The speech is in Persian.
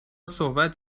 صحبت